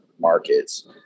markets